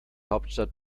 hauptstadt